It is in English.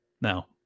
Now